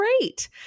great